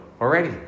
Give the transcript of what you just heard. already